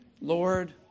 Lord